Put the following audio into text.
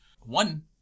One